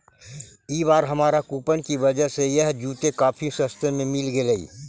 ई बार हमारा कूपन की वजह से यह जूते काफी सस्ते में मिल गेलइ